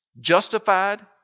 Justified